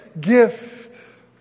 Gift